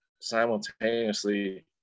simultaneously